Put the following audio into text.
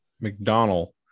McDonald